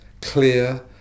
clear